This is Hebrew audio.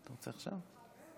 אני אזכור את הרב